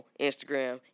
instagram